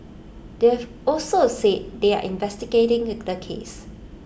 they've also said they are investigating the case